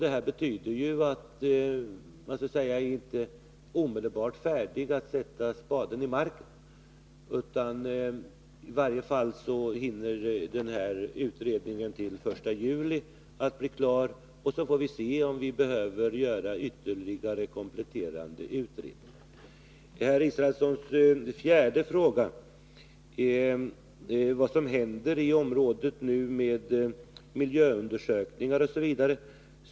Detta betyder att man inte omedelbart är färdig att sätta spaden i marken. I varje fall hinner den utredning som skall vara klar den 1 juli avslutas. Och då får vi se om vi behöver göra ytterligare kompletterande utredningar. Per Israelsson undrade i sin fjärde fråga vad som nu händer i området med bl.a. miljöundersökningarna.